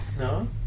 No